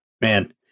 Man